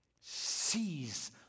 Seize